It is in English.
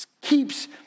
keeps